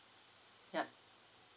ya